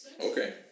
Okay